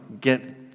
get